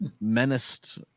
menaced